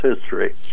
history